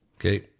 Okay